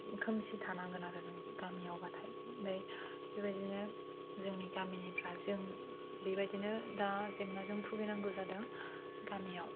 खोमसि थानांगोन आरो नों गामियाव बाथाय आमफ्राय बेबायदिनो जोंनि गामिनिफ्रा जों बेबायदिनो दा जेंनाजों भुगिनांगौ जादों गामियाव